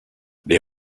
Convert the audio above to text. les